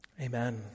Amen